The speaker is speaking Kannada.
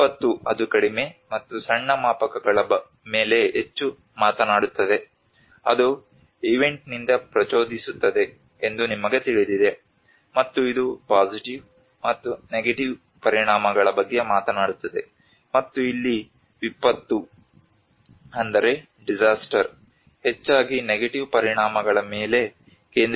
ವಿಪತ್ತು ಅದು ಕಡಿಮೆ ಮತ್ತು ಸಣ್ಣ ಮಾಪಕಗಳ ಮೇಲೆ ಹೆಚ್ಚು ಮಾತನಾಡುತ್ತದೆ ಅದು ಈವೆಂಟ್ನಿಂದ ಪ್ರಚೋದಿಸುತ್ತದೆ ಎಂದು ನಿಮಗೆ ತಿಳಿದಿದೆ ಮತ್ತು ಇದು ಪಾಸಿಟಿವ್ ಮತ್ತು ನೆಗೆಟಿವ್ ಪರಿಣಾಮಗಳ ಬಗ್ಗೆ ಮಾತನಾಡುತ್ತದೆ ಮತ್ತು ಇಲ್ಲಿ ವಿಪತ್ತು ಹೆಚ್ಚಾಗಿ ನೆಗೆಟಿವ್ ಪರಿಣಾಮಗಳ ಮೇಲೆ ಕೇಂದ್ರೀಕರಿಸುತ್ತದೆ